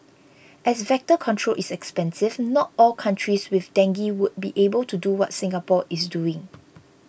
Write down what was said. as vector control is expensive not all countries with dengue would be able to do what Singapore is doing